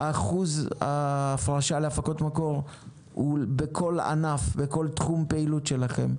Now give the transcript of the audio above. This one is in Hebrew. שאחוז ההפרשה להפקות מקור בכל הענף הוא בכל תחום פעילות שלכם.